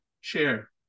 Share